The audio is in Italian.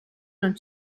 non